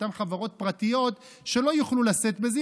אותן חברת פרטיות שלא יוכלו לשאת בזה,